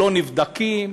לא נבדקים,